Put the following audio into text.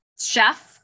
chef